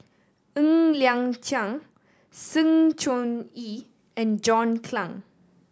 Ng Liang Chiang Sng Choon Yee and John Clang